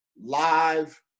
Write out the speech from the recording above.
live